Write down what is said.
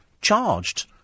charged